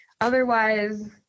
otherwise